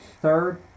third